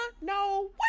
No